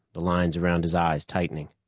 the lines around his eyes tightening.